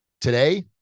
Today